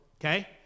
okay